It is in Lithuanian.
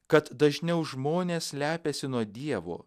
kad dažniau žmonės slepiasi nuo dievo